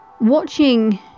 watching